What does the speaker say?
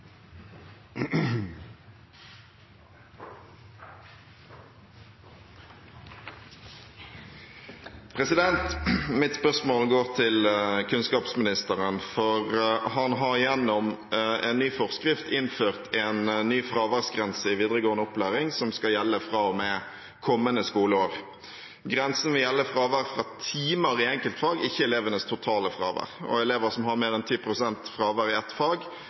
kunnskapsministeren, for han har gjennom en ny forskrift innført en ny fraværsgrense i videregående opplæring som skal gjelde fra og med kommende skoleår. Grensen vil gjelde fravær fra timer i enkeltfag, ikke elevenes totale fravær, og elever som har mer enn 10 pst. fravær i et fag,